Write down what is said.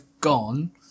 gone